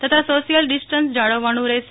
તથા social distance જાળવવાન રહેશે